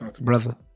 brother